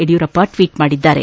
Yediyurappa tweet ಮಾಡಿದ್ದಾರೆ